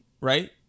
right